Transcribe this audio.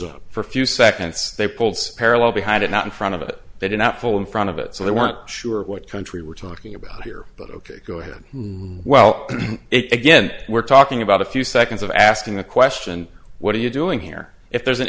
up for a few seconds they pulled parallel behind it not in front of it they did not pull in front of it so they weren't sure what country we're talking about here but ok go ahead well it again we're talking about a few seconds of asking the question what are you doing here if there's an